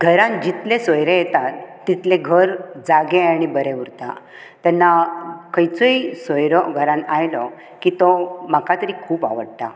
घरांत जितलें सोयरे येतात तितलें घर जागे आनी बरें उरता तेन्ना खंयचोय सोयरो घरांत आयलो की तो म्हाका तरी खूब आवडटा